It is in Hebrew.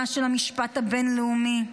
של המשפט הבין-לאומי,